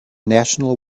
national